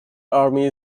army